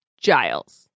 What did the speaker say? Giles